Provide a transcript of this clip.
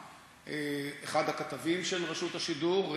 אחד הכתבים של רשות השידור,